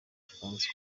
françois